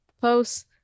posts